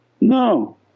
No